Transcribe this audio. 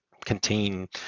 Contain